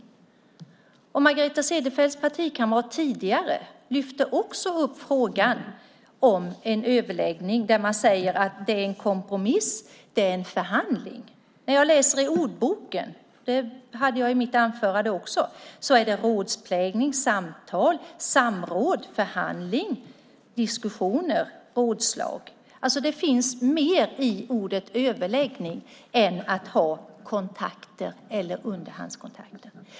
Tidigare lyfte Margareta Cederfelts partikamrat också upp frågan om en överläggning där man säger att det är en kompromiss, det är en förhandling. När jag läser i ordboken, det nämnde jag i mitt anförande också, ser jag att det betyder rådplägning, samtal, samråd, förhandling, diskussioner, rådslag. Det finns alltså mer i ordet överläggning än att ha kontakter eller underhandskontakter.